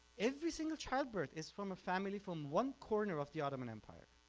every single childbirth is from a family from one corner of the ottoman empire,